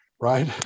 right